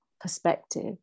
perspective